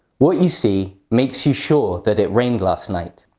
what you see makes you sure that it rained last night.